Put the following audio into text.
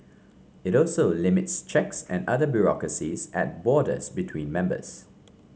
it also limits checks and other bureaucracies at borders between members